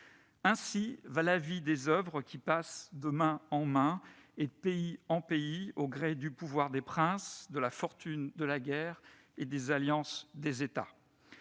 Ainsi va la vie des oeuvres, qui passent de main en main et de pays en pays au gré du pouvoir des princes, de la fortune de la guerre et des alliances des États.